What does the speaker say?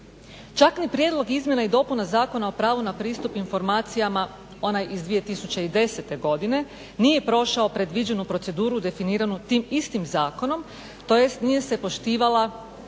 Čak ni prijedlog izmjena i dopuna Zakona o pravu na pristup informacijama, onaj iz 2010. godine nije prošao predviđenu proceduru definiranu tim istim zakonom, tj. nije se poštivala